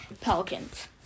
Pelicans